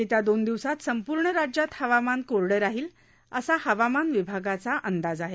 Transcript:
येत्या दोन दिवसात संपूर्ण राज्यात हवामान कोरडं राहील असा हवामान विभागाचा अंदाज आहे